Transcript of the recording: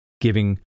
giving